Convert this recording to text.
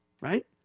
Right